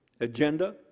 agenda